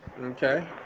Okay